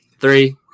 Three